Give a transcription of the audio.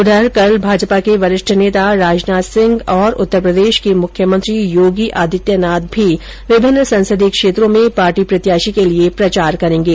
उधर कल भाजपा के वरिष्ठ नेता राजनाथ सिंह और उत्तरप्रदेष के मुख्यमंत्री योगी आदित्यनाथ भी विभिन्न संसदीय क्षेत्रों में पार्टी प्रत्याशी के लिये प्रचार करेंगे